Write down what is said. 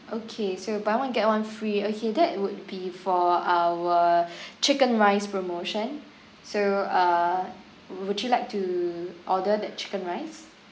okay so buy one get one free okay that would be for our chicken rice promotion so err would you like to order that chicken rice